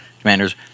commanders